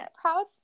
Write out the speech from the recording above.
proud